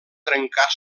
trencar